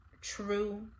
true